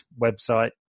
website